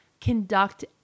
conduct